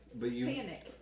Panic